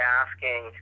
asking